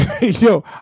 Yo